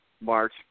March